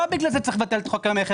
לא בגלל זה צריך לבטל את חוק המכר.